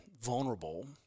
vulnerable